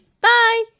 Bye